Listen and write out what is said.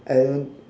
I